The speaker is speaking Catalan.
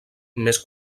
més